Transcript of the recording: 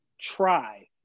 try